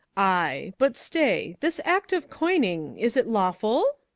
ay but stay, this act of coining, is it lawful?